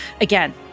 again